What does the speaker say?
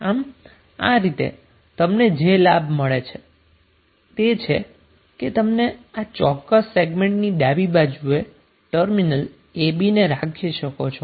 આમ આ રીતે તમને જે લાભ મળે છે તે એ છે કે તમે તેને આ ચોક્કસ સેગમેન્ટની ડાબી બાજુએ ટર્મિનલ a b ને રાખી શકો છો